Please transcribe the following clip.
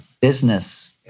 business